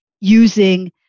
using